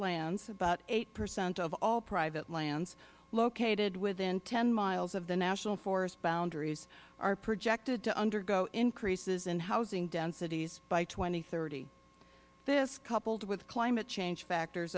lands about eight percent of all private lands located within ten miles of the national forest boundaries are projected to undergo increases in housing densities by two thousand and thirty this coupled with climate change factors